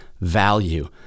value